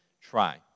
try